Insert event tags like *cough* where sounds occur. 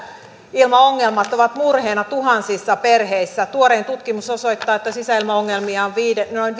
sisäilmaongelmat ovat murheena tuhansissa perheissä tuorein tutkimus osoittaa että sisäilmaongelmia on noin *unintelligible*